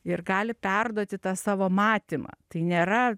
ir gali perduoti tą savo matymą tai nėra